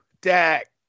Dak